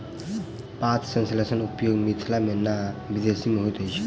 पात सेंसरक उपयोग मिथिला मे नै विदेश मे होइत अछि